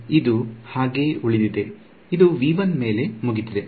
ಮತ್ತು ಇದು ಹಾಗೆಯೇ ಉಳಿದಿದೆ ಇದು ಮೇಲೆ ಮುಗಿದಿದೆ